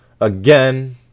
again